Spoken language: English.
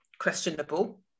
questionable